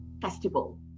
festival